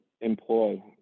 employ